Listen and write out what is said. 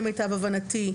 למיטב הבנתי,